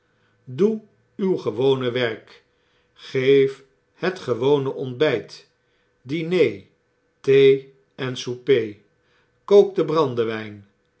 doe uw gewone werk geef het gewone ontbyt diner thee